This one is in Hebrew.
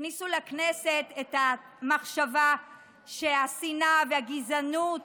הכניסו לכנסת את המחשבה שהשנאה והגזענות